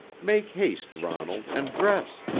make haste, ronald, and dress.